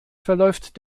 verläuft